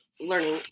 learning